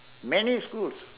many schools